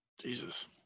Jesus